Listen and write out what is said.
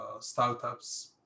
startups